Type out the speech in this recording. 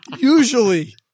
usually